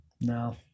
No